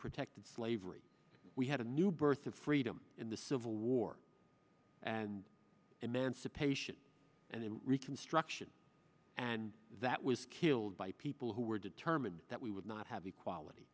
protected slavery we had a new birth of freedom in the civil war and emancipation and in reconstruction and that was killed by people who were determined that we would not have equality